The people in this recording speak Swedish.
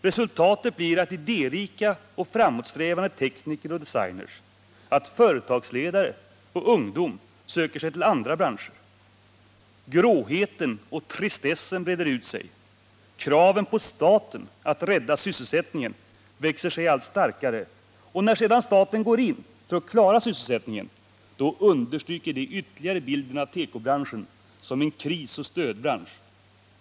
Resultatet blir att idérika och framåtsträvande tekniker och designers, företagsledare och ungdom söker sig till andra branscher. Gråheten och tristessen breder ut sig. Kraven på staten att rädda sysselsättningen växer sig allt starkare. När sedan staten går in för att klara sysselsättningen understryker det ytterligare bilden av tekobranschen som en krisoch stödbransch.